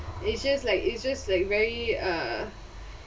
it's just like it's just like very uh